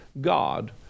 God